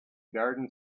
garden